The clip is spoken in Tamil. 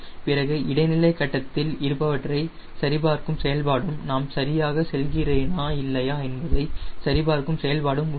பிறகு இடைநிலை கட்டத்தில் இருப்பவற்றை சரிபார்க்கும் செயல்பாடும் நாம் சரியாக செல்கிறேனா இல்லையா என்பதை சரிபார்க்கும் செயல்பாடும் உள்ளது